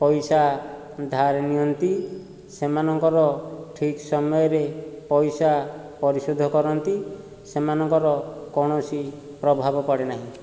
ପଇସା ଧାର ନିଅନ୍ତି ସେମାନଙ୍କର ଠିକ୍ ସମୟରେ ପଇସା ପରିସୁଧ କରନ୍ତି ସେମାନଙ୍କର କୌଣସି ପ୍ରଭାବ ପଡ଼େ ନାହିଁ